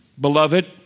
Beloved